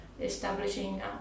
establishing